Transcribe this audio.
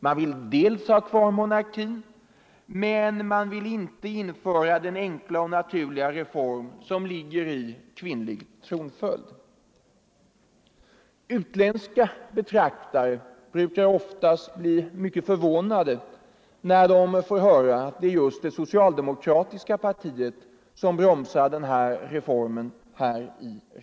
Man vill å ena sidan ha kvar monarkin, men man vill å andra sidan inte införa den enkla och naturliga reform som kvinnlig tronföljd skulle innebära. Utländska betraktare blir oftast ytterst förvånade när de får höra att det är det socialdemokratiska partiet som bromsar denna reform.